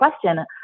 question